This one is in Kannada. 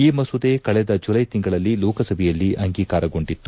ಈ ಮಸೂದೆ ಕಳೆದ ಜುಲ್ಲೆ ತಿಂಗಳಲ್ಲಿ ಲೋಕಸಭೆಯಲ್ಲಿ ಅಂಗೀಕಾರಗೊಂಡಿತ್ತು